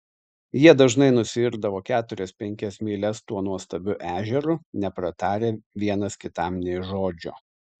jie dažnai nusiirdavo keturias penkias mylias tuo nuostabiu ežeru nepratarę vienas kitam nė žodžio